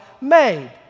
made